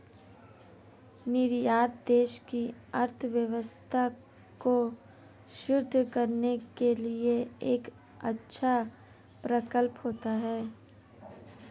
निर्यात देश की अर्थव्यवस्था को सुदृढ़ करने के लिए एक अच्छा प्रकल्प होता है